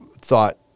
thought